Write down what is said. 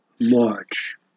March